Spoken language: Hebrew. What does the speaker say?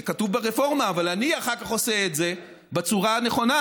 זה כתוב ברפורמה אבל אני אחר כך עושה את זה בצורה הנכונה,